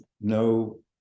no